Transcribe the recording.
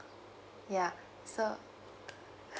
ya so